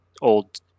old